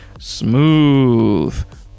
Smooth